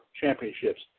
championships